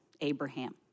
Abraham